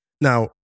now